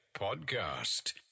podcast